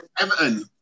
Everton